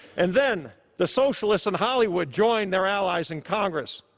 and then the socialists in hollywood joined their allies in congress.